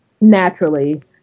Naturally